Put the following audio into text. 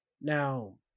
now